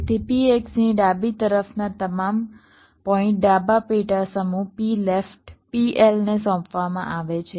તેથી P x ની ડાબી તરફના તમામ પોઇન્ટ ડાબા પેટા સમૂહ P લેફ્ટ PL ને સોંપવામાં આવે છે